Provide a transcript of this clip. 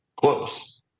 close